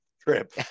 trip